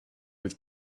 with